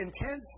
intense